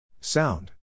Sound